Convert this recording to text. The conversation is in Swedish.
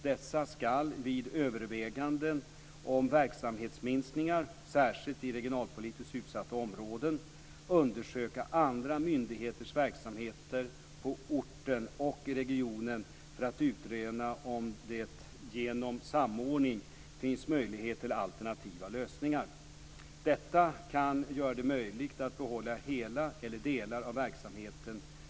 Dessa ska vid överväganden om verksamhetsminskningar, särskilt i regionalpolitiskt utsatta områden, undersöka andra myndigheters verksamheter på orten och i regionen för att utröna om det genom samordning finns möjlighet till alternativa lösningar. Detta kan göra det möjligt att behålla hela eller delar av verksamheten.